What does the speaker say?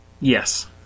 Yes